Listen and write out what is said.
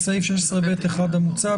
17. בסעיף 16ב(1) המוצע,